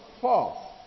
False